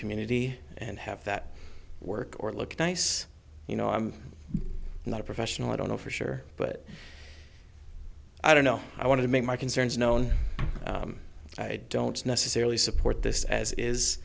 community and have that work or look nice you know i'm not a professional i don't know for sure but i don't know i want to make my concerns known i don't necessarily support this as i